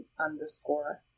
underscore